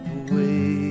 away